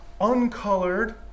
uncolored